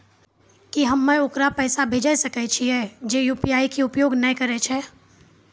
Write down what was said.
की हम्मय ओकरा पैसा भेजै सकय छियै जे यु.पी.आई के उपयोग नए करे छै?